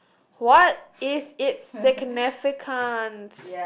what is it significance